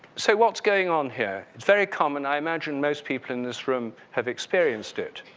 so what's going on here, it's very common, i imagined most people in this room have experienced it.